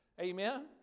Amen